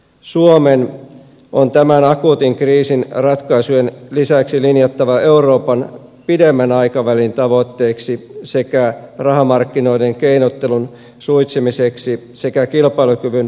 suomen on tämän akuutin kriisin ratkaisujen lisäksi linjattava euroopan pidemmän aikavälin tavoitteeksi sekä rahamarkkinoiden keinottelun suitsiminen että kilpailukyvyn palauttaminen